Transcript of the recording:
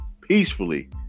peacefully